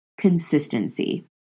consistency